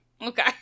Okay